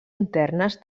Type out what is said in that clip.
internes